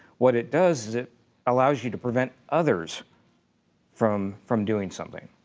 what it does, is it allows you to prevent others from from doing something.